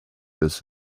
this